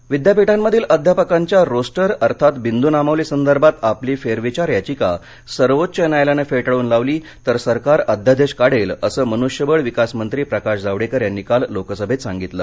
जावडेकर विद्यापीठांमधील अध्यापकांच्या रोस्टर अर्थात बिंदुनामावली संदर्भात आपली फेरविचार याचिका सर्वोच्च न्यायालयानं फेटाळून लावली तर सरकार अध्यादेश काढेल असं मनृष्यबळ विकास मंत्री प्रकाश जावडेकर यांनी काल लोकसभेत सांगितलं